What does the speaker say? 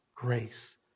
grace